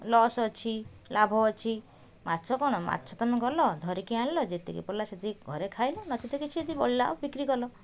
loss ଅଛି ଲାଭ ଅଛି ମାଛ କ'ଣ ମାଛ ତୁମେ ଗଲ ଧରିକି ଆଣିଲ ଯେତିକି ପଡ଼ିଲା ସେତିକି ଘରେ ଖାଇଲ ନଚେତ୍ କିଛି ଯଦି ବଳିଲା ଆଉ ବିକ୍ରି କଲ